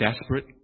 desperate